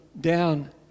down